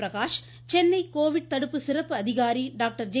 Prakash Chennai Covid தடுப்பு சிறப்பு அதிகாரி டாக்டர் ஜே